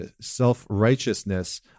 self-righteousness